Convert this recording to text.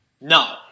No